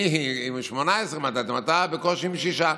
אני עם 18 מנדטים, אתה בקושי עם שישה.